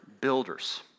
builders